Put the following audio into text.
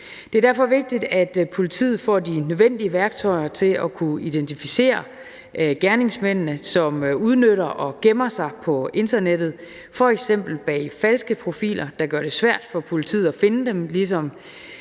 Det er derfor vigtigt, at politiet får de nødvendige værktøjer til at kunne identificere gerningsmændene, som udnytter det og gemmer sig på internettet, f.eks. bag falske profiler, der gør det svært for politiet at finde dem, ligesom